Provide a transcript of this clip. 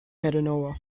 mindanao